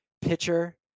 pitcher